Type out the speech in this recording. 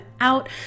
out